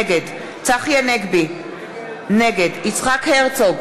נגד צחי הנגבי, נגד יצחק הרצוג,